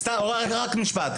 רק משפט.